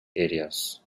areas